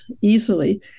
easily